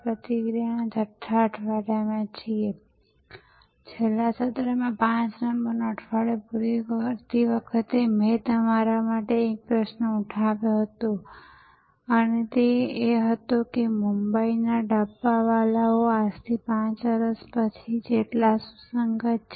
વ્યવહાર ની સંખ્યા ઘટાડવા માટે અને એકંદરે વ્યવહારોના ખર્ચને ઘટાડવા માટે ખાસ કરીને ગ્રાહકના પરિપ્રેક્ષ્યમાં વ્યવહાર ખર્ચ નાણાકીય અને બિન નાણાકીય બંને પ્રકારના હોય છે